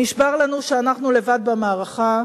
נשבר לנו שאנחנו לבד במערכה.